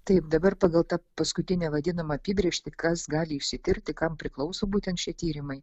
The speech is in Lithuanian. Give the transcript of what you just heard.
taip dabar pagal tą paskutinę vadinamą apibrėžtį kas gali išsitirti kam priklauso būtent šie tyrimai